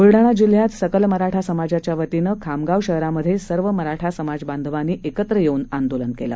ब्लडाणा जिल्ह्यात सकल मराठा समाजाच्या वतीनं खामगाव शहरामध्ये सर्व मराठा समाज बांधवांनी एकत्र येऊन आंदोलन केलं